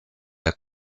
der